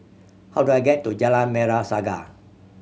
how do I get to Jalan Merah Saga